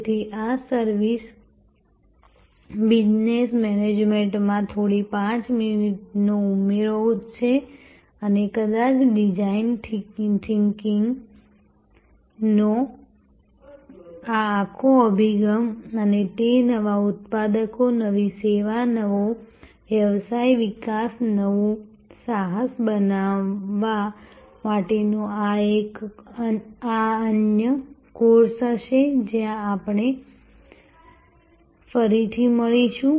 તેથી આ service business મેનેજમેન્ટમાં થોડી 5 મિનિટનો ઉમેરો છે અને કદાચ ડિઝાઇન થિંકિંગનો આ આખો અભિગમ અને તે નવા ઉત્પાદનો નવી સેવા નવો વ્યવસાય વિકાસ નવું સાહસ બનાવવા માટેનો એક અન્ય કોર્સ હશે જ્યાં આપણે ફરી મળીશું